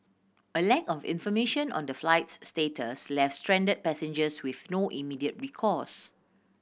a lack of information on the flight's status left stranded passengers with no immediate recourse